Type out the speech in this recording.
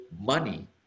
money